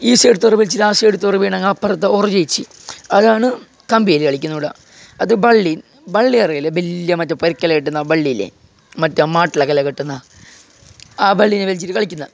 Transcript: ഈ സൈഡ് അവർ ആ സൈഡ് അവര് വീണങ്ങാൻ അപ്പുറത്ത് വലിച്ചു അവര് ജയിച്ച് അതാണ് കമ്പികളി കളിക്കുന്നത് ഇവിടെ അത് വള്ളി വള്ളി അറിയില്ലേ വലിയ മറ്റേ പേരെക്കൽ കെട്ടുന്ന വള്ളി ഇല്ലേ മറ്റേ മാറ്റിലൊക്കെ കെട്ടുന്ന ആ വാളിനെ വലിച്ചിട്ട് കളിക്കുന്ന